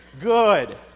good